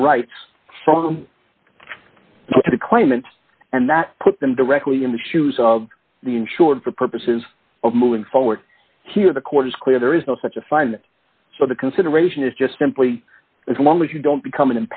and rights to the claimant and that put them directly in the shoes of the insured for purposes of moving forward here the court is clear there is no such a fine so the consideration is just simply as long as you don't become an